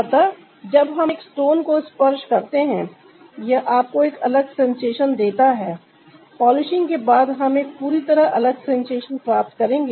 अतः जब हम एक स्टोन को स्पर्श करते हैं यह आपको एक अलग सेंसेशन देता है पॉलिशिंग के बाद हम एक पूरी तरह अलग सेंसेशन प्राप्त करेंगे